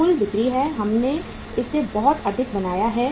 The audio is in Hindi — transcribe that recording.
यह कुल बिक्री है हमने इसे बहुत अधिक बनाया है